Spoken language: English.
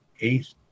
eighth